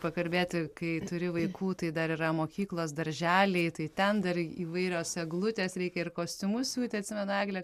pakalbėti kai turi vaikų tai dar yra mokyklos darželiai tai ten dar įvairios eglutės reikia ir kostiumus siūti atsimenu eglė